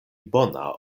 bona